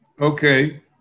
okay